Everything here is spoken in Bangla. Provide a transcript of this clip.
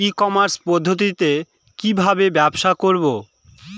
ই কমার্স পদ্ধতিতে কি ভাবে ব্যবসা করব?